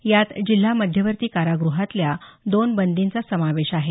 यात जिल्हा मध्यवर्ती काराग़हातल्या दोन बंदींचा समावेश आहे